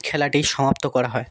খেলাটি সমাপ্ত করা হয়